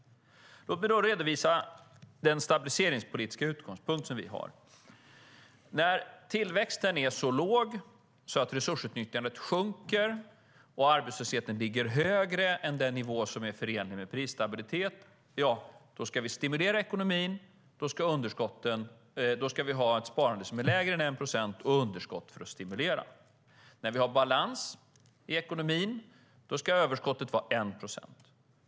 Låt mig redovisa den stabiliseringspolitiska utgångspunkt vi har. När tillväxten är så låg att resursutnyttjandet sjunker och arbetslösheten ligger högre än den nivå som är förenlig med prisstabilitet ska vi stimulera ekonomin. Då ska vi ha ett sparande som är lägre än 1 procent och underskott för att stimulera. När vi har balans i ekonomin ska överskottet vara 1 procent.